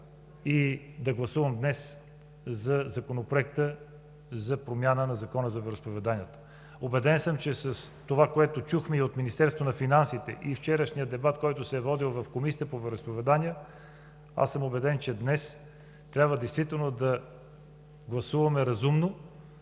и да гласувам днес за Законопроекта за промяна на Закона за вероизповеданията. Убеден съм, от това, което чухме и от Министерството на финансите, и от вчерашния дебат, който се е водел в Комисията по вероизповеданията, че трябва действително да гласуваме разумно,